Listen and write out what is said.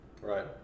Right